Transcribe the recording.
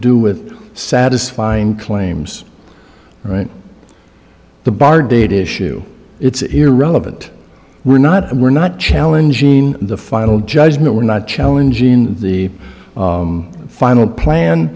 do with satisfying claims right the bar data issue it's irrelevant we're not we're not challenging the final judgment we're not challenging the final plan